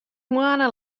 moannen